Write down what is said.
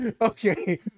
Okay